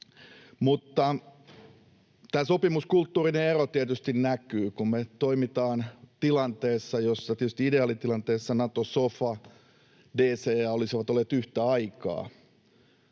Mutta tämä sopimuskulttuurinen ero tietysti näkyy, kun me toimitaan tilanteessa, jossa tietysti ideaalitilanteessa Nato-sofa ja DCA olisivat olleet yhtä aikaa